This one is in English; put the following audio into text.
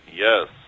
Yes